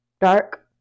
dark